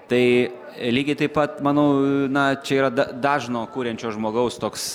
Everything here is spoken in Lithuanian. tai lygiai taip pat manau na čia yra da dažno kuriančio žmogaus toks